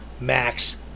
Max